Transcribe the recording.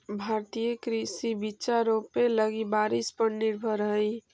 भारतीय कृषि बिचा रोपे लगी बारिश पर निर्भर हई